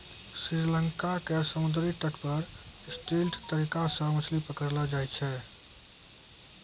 श्री लंका के समुद्री तट पर स्टिल्ट तरीका सॅ मछली पकड़लो जाय छै